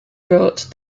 wrote